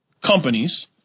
companies